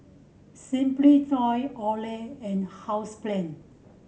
Simply Toy Olay and Housebrand